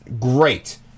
great